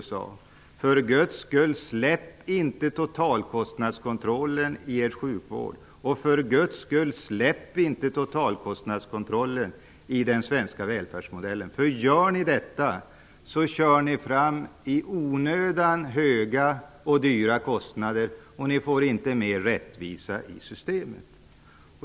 De sade att vi för Guds skull inte skulle släppa totalkostnadskontrollen i sjukvården och att vi för Guds skull inte skulle släppa totalkostnadskontrollen i den svenska välfärdsmodellen. Om vi skulle göra detta skulle vi i onödan få höga och dyra kostnader utan att få mer rättvisa i systemet.